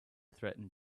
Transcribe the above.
threatened